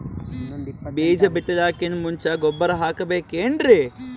ಬೀಜ ಬಿತಲಾಕಿನ್ ಮುಂಚ ಗೊಬ್ಬರ ಹಾಕಬೇಕ್ ಏನ್ರೀ?